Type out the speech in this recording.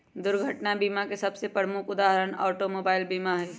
दुर्घटना बीमा के सबसे प्रमुख उदाहरण ऑटोमोबाइल बीमा हइ